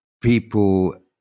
people